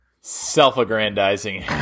Self-aggrandizing